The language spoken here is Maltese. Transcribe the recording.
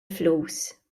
flus